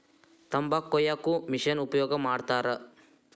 ತಂಬಾಕ ಕೊಯ್ಯಾಕು ಮಿಶೆನ್ ಉಪಯೋಗ ಮಾಡತಾರ